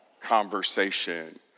conversation